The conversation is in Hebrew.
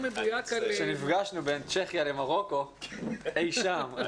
כשנפגשנו בין צ'כיה למרוקו, אי שם.